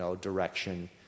direction